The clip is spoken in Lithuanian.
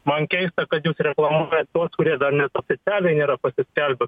man keista kad jūs reklamuojat tuos kurie dar net oficialiai nėra pasiskelbę